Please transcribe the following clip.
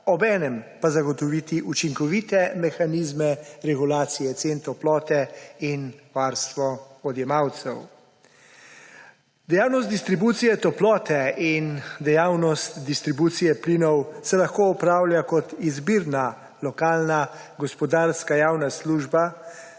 obenem pa zagotoviti učinkovite mehanizme regulacije cen toplote in varstvo odjemalcev. Dejavnost distribucije toplote in dejavnost distribucije plinov se lahko opravlja kot izbirna lokalna gospodarska javna služba,